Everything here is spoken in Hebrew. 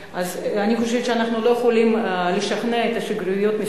חושבת שאנחנו לא יכולים לשכנע את השגרירויות,